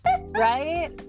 Right